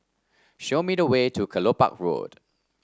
show me the way to Kelopak Road